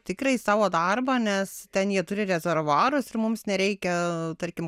tikrai savo darbą nes ten jie turi ir rezervuarus ir mums nereikia tarkim